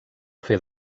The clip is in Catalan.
fer